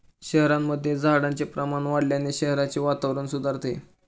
शहरांमध्ये झाडांचे प्रमाण वाढवल्याने शहराचे वातावरण सुधारते